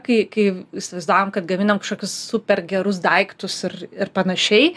kai kai įsivaizduojam kad gaminam kažkokius super gerus daiktus ir ir panašiai